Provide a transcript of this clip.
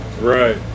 Right